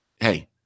hey